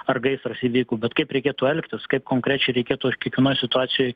ar gaisras įvyko bet kaip reikėtų elgtis kaip konkrečiai reikėtų kiekvienoj situacijoj